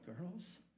girls